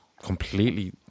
Completely